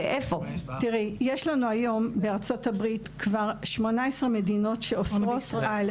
יש לנו היום בארצות הברית כבר 18 מדינות שאוסרות על